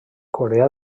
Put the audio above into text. corea